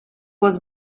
was